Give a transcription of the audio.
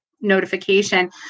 notification